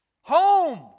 home